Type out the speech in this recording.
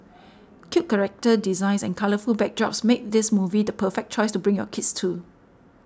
cute character designs and colourful backdrops make this movie the perfect choice to bring your kids to